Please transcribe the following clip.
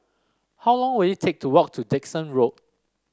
how long will it take to walk to Dickson Road